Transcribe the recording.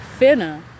finna